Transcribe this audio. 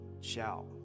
shout